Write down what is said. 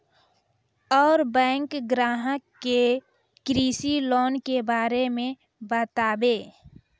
और बैंक ग्राहक के कृषि लोन के बारे मे बातेबे?